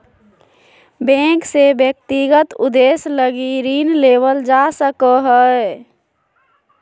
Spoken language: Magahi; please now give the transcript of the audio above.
बैंक से व्यक्तिगत उद्देश्य लगी ऋण लेवल जा सको हइ